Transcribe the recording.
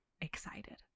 excited